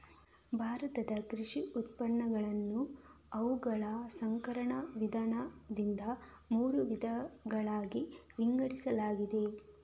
ಭಾರತದ ಕೃಷಿ ಉತ್ಪನ್ನಗಳನ್ನು ಅವುಗಳ ಸಂಸ್ಕರಣ ವಿಧಾನದಿಂದ ಮೂರು ವಿಧಗಳಾಗಿ ವಿಂಗಡಿಸಲಾಗಿದೆ